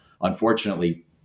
Unfortunately